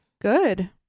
good